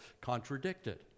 contradicted